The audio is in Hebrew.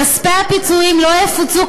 כספי הפיצויים לא יפצו,